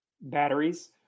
Batteries